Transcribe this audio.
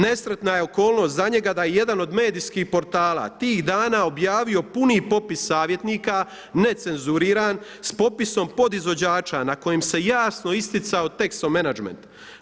Nesretna je okolnost za njega da je jedan od medijskih portala tih dana objavio puni popis savjetnika necenzuriran s popisom podizvođača na kojim se jasno isticao Texo management.